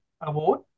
award